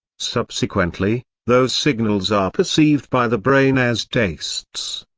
subsequently, those signals are perceived by the brain as tastes.